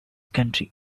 county